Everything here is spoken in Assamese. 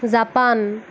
জাপান